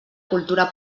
cultura